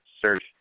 Search